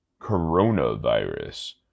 coronavirus